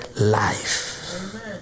life